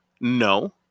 no